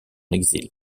exil